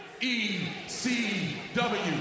E-C-W